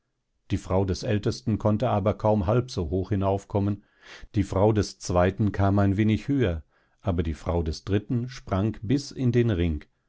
die frau des ältesten konnte aber kaum halb so hoch hinaufkommen die frau des zweiten kam ein wenig höher aber die frau des dritten sprang bis in den ring